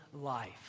life